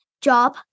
job